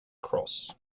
cross